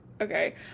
Okay